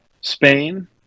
Spain